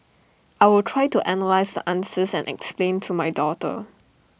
I will try to analyse the answers and explain to my daughter